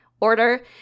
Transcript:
order